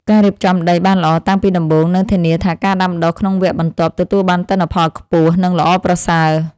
ការរៀបចំដីបានល្អតាំងពីដំបូងនឹងធានាថាការដាំដុះក្នុងវគ្គបន្ទាប់ទទួលបានទិន្នផលខ្ពស់ និងល្អប្រសើរ។